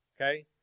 okay